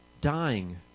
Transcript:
dying